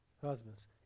husbands